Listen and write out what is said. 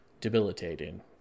debilitating